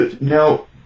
Now